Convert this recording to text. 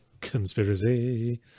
Conspiracy